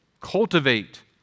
cultivate